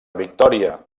victòria